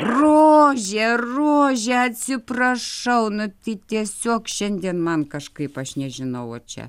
rožė rožė atsiprašau nu tai tiesiog šiandien man kažkaip aš nežinau a čia